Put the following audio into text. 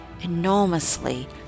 enormously